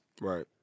Right